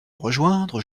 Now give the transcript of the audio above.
rejoindre